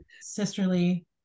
sisterly